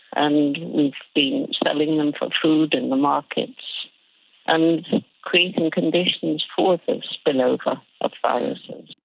and we've been selling them for food in the markets and creating conditions for this spillover of viruses.